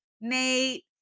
Nate